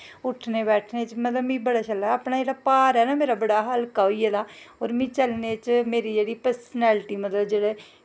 उट्ठने बैठने च बड़ा शैल लगदा जेह्ड़ा भार ऐ ना मेरा बड़ा हल्का होई गेदा होर चलने च जेह्ड़े मेरी परसनैल्टी मतलब